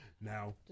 Now